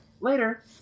Later